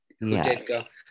Yes